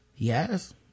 yes